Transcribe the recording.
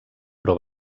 però